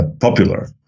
popular